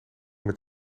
met